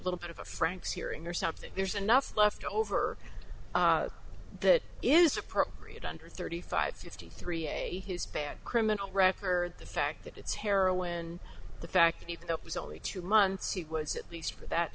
a little bit of a frank's hearing or something there's enough left over that is appropriate under thirty five fifty three his bad criminal record the fact that it's heroin the fact that even though it was only two months he was at least for that